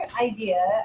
idea